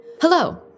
Hello